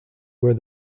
where